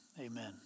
Amen